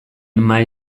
mahai